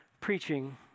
Preaching